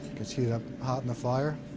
gets heated up hot in the fire,